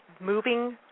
moving